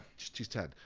she's ten.